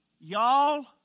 Y'all